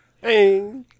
Hey